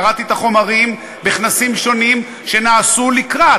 קראתי את החומרים בכנסים שונים שנעשו לקראת,